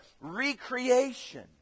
recreation